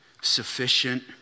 sufficient